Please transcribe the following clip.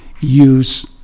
use